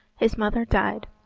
his mother died.